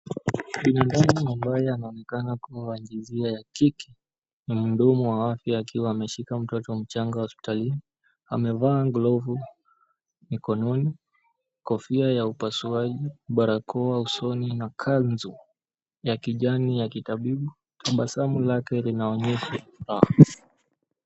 Binadamu ambaye anaonekana kuwa wa jinsia ya kike na mhudumu wa afya akiwa ameshika mtoto mchanga hospitalini, amevaa glavu mikononi, kofia ya upasuaji, barakoa usoni na kazu ya kijani ya kitabibu. Tabasamu lake linaonyesha furaha.